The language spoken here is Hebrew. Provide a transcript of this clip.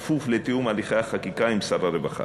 כפוף לתיאום הליכי החקיקה עם שר הרווחה.